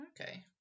Okay